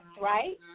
right